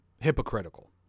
hypocritical